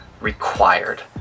required